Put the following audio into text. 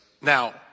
Now